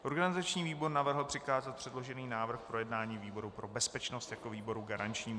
Organizační výbor navrhl přikázat předložený návrh k projednání výboru pro bezpečnost jako výboru garančnímu.